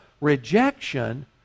rejection